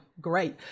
great